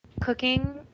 cooking